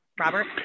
Robert